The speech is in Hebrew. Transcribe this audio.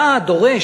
אתה דורש,